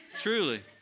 Truly